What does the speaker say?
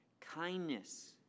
kindness